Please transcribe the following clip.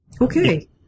Okay